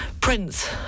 Prince